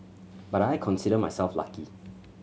but I consider myself lucky